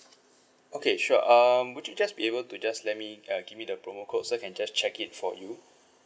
okay sure um would you just be able to just let me uh give me the promo code so I can just check it for you